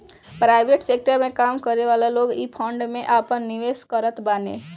private sector में काम करेवाला लोग इ फंड में आपन निवेश करत बाने